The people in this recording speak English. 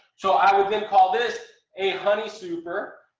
so i would then call this a honey super.